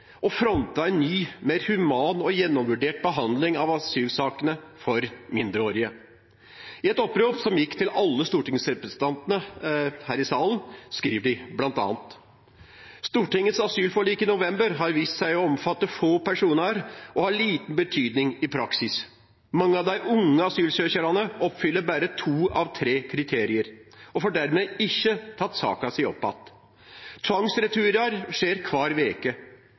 ny, mer human og gjennomvurdert behandling av asylsakene for mindreårige. I et opprop som gikk til alle stortingsrepresentantene her i salen, skriver de bl.a.: «Stortingets asylforlik i november har vist seg å omfatte få personar og har liten betydning i praksis. Mange av dei unge asylsøkjarane oppfyller berre 2 av 3 kriterium, og får dermed ikkje tatt saka si opp att. Tvangsreturar skjer kvar veke.